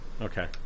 Okay